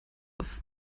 auf